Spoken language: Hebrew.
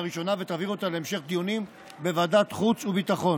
הראשונה ותעביר אותה להמשך דיונים בוועדת החוץ והביטחון.